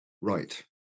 right